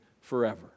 forever